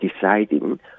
deciding